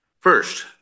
First